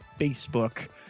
Facebook